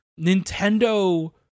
Nintendo